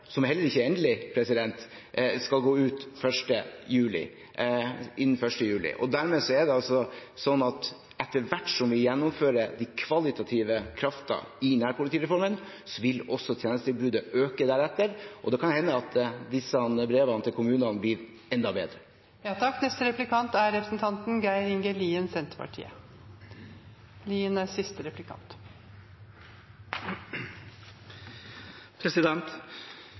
som heller ikke er endelig – skal gå ut innen 1. juli. Etter hvert som vi gjennomfører den kvalitative kraften i nærpolitireformen, vil også tjenestetilbudet øke deretter, og da kan det hende at disse brevene til kommunene blir enda bedre. I postdebatten har eg høyrt fleire gongar at dei kontora som framleis skal få lov til å skrive ut pass, er